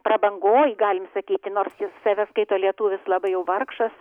prabangoj galim statyti nors jis save skaito lietuvis labai jau vargšas